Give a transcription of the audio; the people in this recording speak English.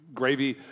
gravy